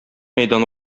мәйдан